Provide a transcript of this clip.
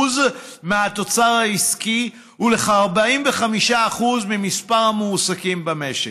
מהתוצר העסקי ולכ-45% ממספר המועסקים במשק,